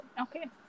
Okay